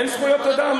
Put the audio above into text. אין זכויות אדם.